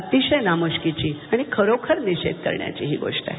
अतिशय नामुष्कीची आणि खरोखर निषेध करण्याची ही गोष्ट आहे